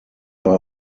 bei